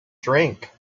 drink